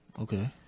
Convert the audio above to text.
okay